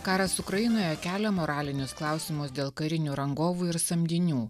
karas ukrainoje kelia moralinius klausimus dėl karinių rangovų ir samdinių